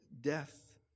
death